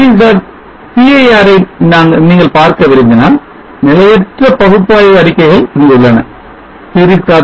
cir ஐ நீங்கள் பார்க்க விரும்பினால் நிலையற்ற பகுப்பாய்வு அறிக்கைகள் இங்குள்ளன series